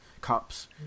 cups